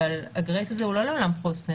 אבל הגרייס הזה הוא לא לעולם חוסן.